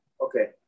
Okay